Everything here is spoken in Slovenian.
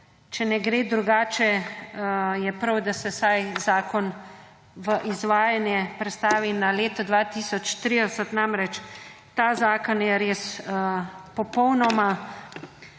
če ne gre drugače, je prav, da se vsaj zakon v izvajanje prestavi na leto 2030. Namreč ta zakon je res popolnoma